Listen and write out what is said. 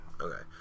Okay